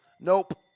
nope